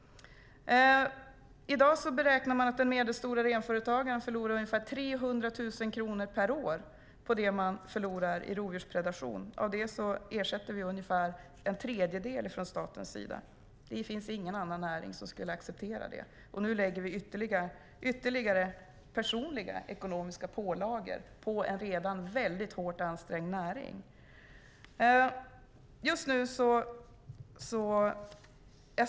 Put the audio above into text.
I dag beräknar man att den medelstora renföretagaren förlorar ungefär 300 000 kronor per år på det han förlorar i rovdjurspredation. Av det ersätter vi ungefär en tredjedel från statens sida. Det finns ingen annan näring som skulle acceptera det. Och nu lägger vi ytterligare personliga ekonomiska pålagor på en redan hårt ansträngd näring.